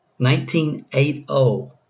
1980